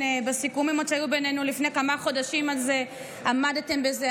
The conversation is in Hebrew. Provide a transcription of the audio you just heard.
הסיכומים שהיו בינינו לפני כמה חודשים, עמדתם בזה.